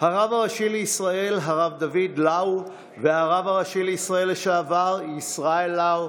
הרב הראשי לישראל דוד לאו והרב הראשי לישראל לשעבר ישראל לאו,